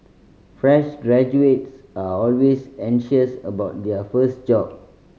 fresh graduates are always anxious about their first job